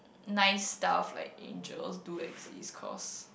nice stuff like angels do exist cause